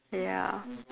ya